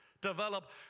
develop